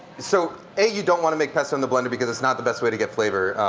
so a you don't want to make pesto in the blender, because it's not the best way to get flavor.